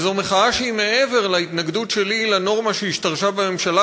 וזו מחאה שהיא מעבר להתנגדות שלי לנורמה שהשתרשה בממשלה,